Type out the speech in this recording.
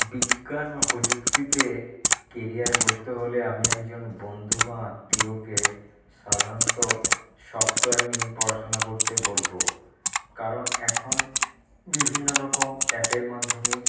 বিজ্ঞান বা প্রযুক্তিতে কেরিয়ার গড়তে হলে আমি একজন বন্ধু বা আত্মীয়কে সাধারণত সফ্টওয়্যার নিয়েই পড়াশোনা করতে বলবো কারণ এখন বিভিন্ন রকম অ্যাপের মাধ্যমেই